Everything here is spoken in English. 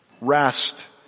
Rest